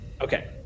Okay